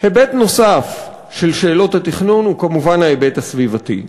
היבט נוסף של שאלות התכנון הוא כמובן ההיבט הסביבתי.